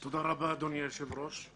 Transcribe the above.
תודה רבה, אדוני היושב-ראש.